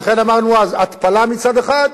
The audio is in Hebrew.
לכן אמרנו: התפלה מצד אחד,